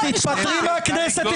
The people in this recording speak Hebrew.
אז תתפטרי מהכנסת,